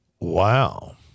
Wow